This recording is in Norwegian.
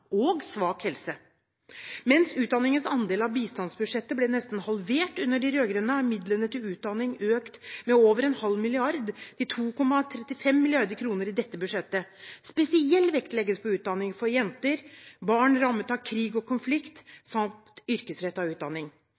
og svak helse. Mens utdanningens andel av bistandsbudsjettet ble nesten halvert under de rød-grønne, er midlene til utdanning økt med over en halv milliard til 2,35 mrd. kr i dette budsjettet. Spesielt legges vekt på utdanning for jenter, barn rammet av krig og konflikt samt yrkesrettet utdanning.